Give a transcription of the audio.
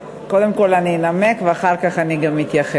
קודם כול אני אנמק ואחר כך אני גם אתייחס.